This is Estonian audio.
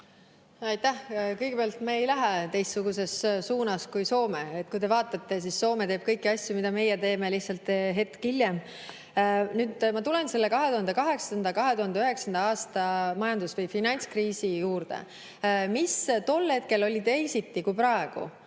Aitäh! Kõigepealt, me ei lähe teistsuguses suunas kui Soome. Kui te vaatate [olukorda], siis Soome teeb kõiki asju, mida meie teeme, lihtsalt hetk hiljem. Ma tulen selle 2008. ja 2009. aasta majandus- või finantskriisi juurde. Mis tol hetkel oli teisiti kui praegu,